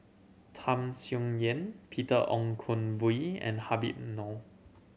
Tham Sien Yen Peter Ong and Habib Noh